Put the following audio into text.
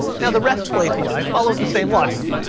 now the restful api follows the same logic.